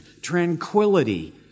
tranquility